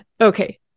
Okay